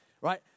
Right